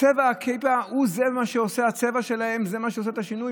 הכיפה, הצבע שלהם, זה מה שעושה את השינוי?